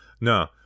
No